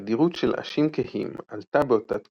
התדירות של עשים כהים עלתה באותה תקופה,